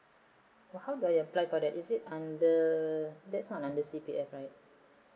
how do I apply for that is it under that's not under C_P_F right